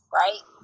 right